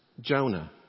Jonah